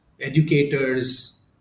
educators